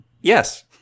Yes